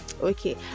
okay